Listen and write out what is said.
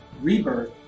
Rebirth